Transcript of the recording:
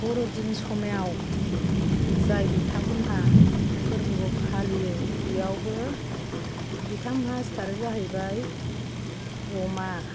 बर'दिन समायाव जाय बिथांमोनहा फोरबोखौ फालियो बेयावबो बिथांमोना सिथारो जाहैबाय अमा